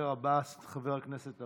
חבריי חברי הכנסת,